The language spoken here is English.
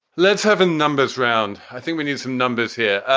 let's have a numbers round. i think we need some numbers here.